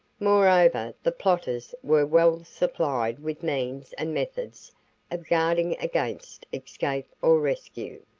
moreover, the plotters were well supplied with means and methods of guarding against escape or rescue.